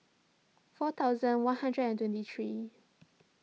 four thousand one hundred and twenty three